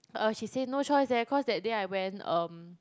uh she say no choice eh cause that day I went um